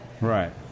Right